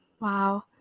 Wow